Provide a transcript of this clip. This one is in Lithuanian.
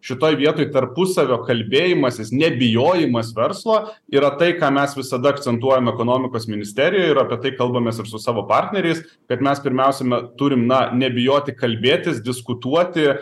šitoj vietoj tarpusavio kalbėjimasis nebijojimas verslo yra tai ką mes visada akcentuojame ekonomikos ministerijoje ir apie tai kalbamės su savo partneriais kad mes pirmiausime turim nebijoti kalbėtis diskutuoti